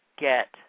get